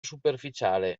superficiale